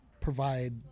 provide